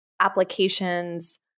applications